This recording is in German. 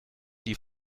die